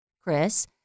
Chris